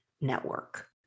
network